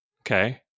Okay